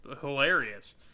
hilarious